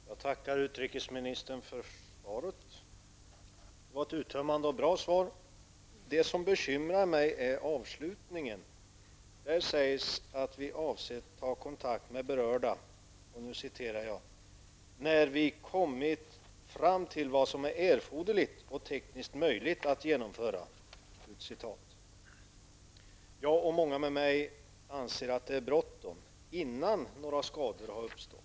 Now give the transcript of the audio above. Herr talman! Jag tackar utrikesministern för svaret. Det var ett uttömmande och bra svar. Det som bekymrar mig är avslutningen. Där sägs att vi avser ta kontakt med berörda länder ''när vi kommit fram till vad som är erforderligt och tekniskt möjligt att genomföra''. Jag och många med mig anser att det är bråttom innan några skador uppstår.